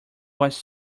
was